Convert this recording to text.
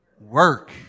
Work